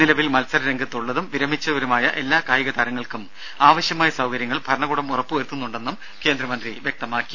നിലവിൽ മത്സര രംഗത്ത് ഉള്ളതും വിരമിച്ചവരുമായ എല്ലാ കായിക താരങ്ങൾക്കും ആവശ്യമായ സൌകര്യങ്ങൾ ഭരണകൂടം ഉറപ്പ് വരുത്തുന്നുണ്ടെന്നും കേന്ദ്രമന്ത്രി വ്യക്തമാക്കി